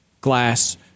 glass